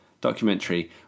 documentary